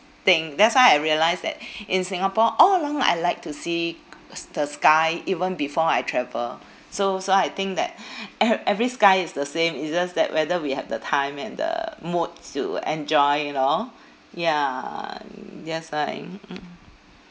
thing that's why I realise that in singapore all along I like to see s~ the sky even before I travel so so I think that ev~ every sky is the same is just that whether we have the time and the moods to enjoy you know ya just mm